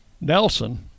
Nelson